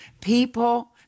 people